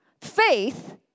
faith